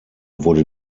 wurde